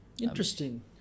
Interesting